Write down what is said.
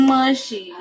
Mushy